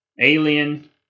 Alien